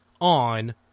on